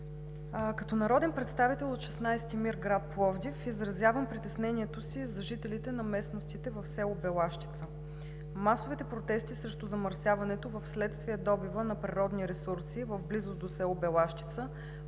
Като народен представител от 16-ти МИР град Пловдив изразявам притеснението си за жителите на местностите в село Белащица. Масовите протести срещу замърсяването вследствие добива на природни ресурси в близост до село Белащица